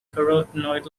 carotenoid